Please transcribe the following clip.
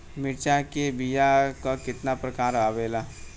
मिर्चा के बीया क कितना प्रकार आवेला?